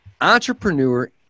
entrepreneur